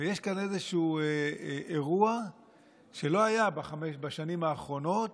ויש כאן איזשהו אירוע שלא היה בשנים האחרונות,